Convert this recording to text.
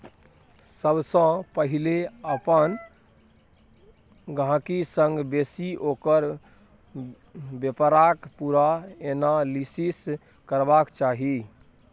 सबसँ पहिले अपन गहिंकी संग बैसि ओकर बेपारक पुरा एनालिसिस करबाक चाही